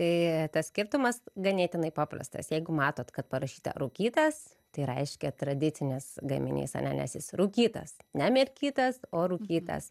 tai tas skirtumas ganėtinai paprastas jeigu matot kad parašyta rūkytas tai reiškia tradicinės gaminys ane nes jis rūkytas ne mirkytas o rūkytas